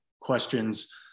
questions